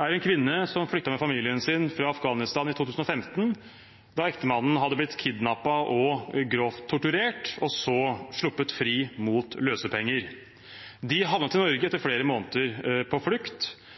er en kvinne som flyttet med familien sin fra Afghanistan i 2015, da ektemannen hadde blitt kidnappet og grovt torturert og så sluppet fri mot løsepenger. De havnet i Norge etter flere måneder på flukt.